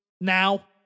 Now